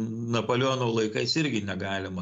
napoleono laikais irgi negalima